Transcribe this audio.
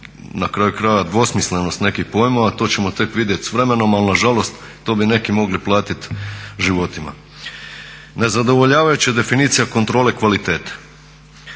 na kraju krajeva dvosmislenost nekih pojmova to ćemo tek vidjeti s vremenom. Ali na žalost to bi neki mogli platiti životima. Nezadovoljavajuća je definicija kontrole kvalitete.